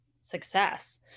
success